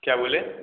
क्या बोले